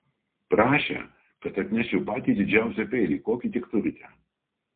prašė kad atneščiau patį didžiausią peilį kokį tik turite